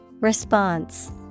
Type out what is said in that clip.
Response